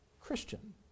Christian